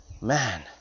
man